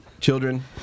Children